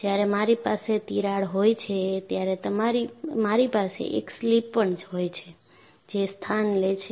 જ્યારે મારી પાસે તિરાડ હોય છે ત્યારે મારી પાસે એક સ્લિપ પણ હોય છે જે સ્થાન લે છે